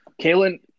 Kalen –